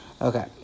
Okay